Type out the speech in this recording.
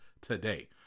today